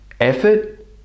effort